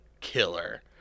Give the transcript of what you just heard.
killer